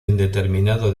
indeterminado